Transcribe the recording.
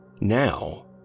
now